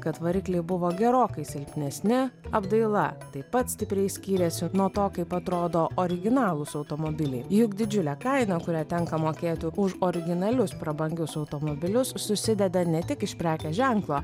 kad varikliai buvo gerokai silpnesni apdaila taip pat stipriai skyrėsi nuo to kaip atrodo originalūs automobiliai juk didžiulė kaina kurią tenka mokėti už originalius prabangius automobilius susideda ne tik iš prekės ženklo